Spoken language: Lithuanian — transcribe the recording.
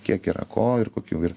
kiek yra ko ir kokių ir